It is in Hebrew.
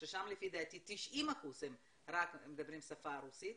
ששם לפי דעתי 90% מדברים רק את השפה הרוסית,